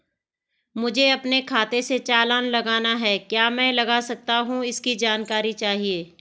मुझे अपने खाते से चालान लगाना है क्या मैं लगा सकता हूँ इसकी जानकारी चाहिए?